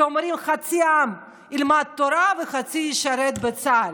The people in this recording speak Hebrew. שאומרים שחצי העם ילמד תורה וחצי ישרת בצה"ל.